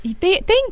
Thank